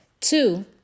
Two